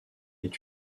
est